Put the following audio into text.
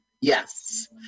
Yes